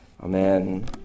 Amen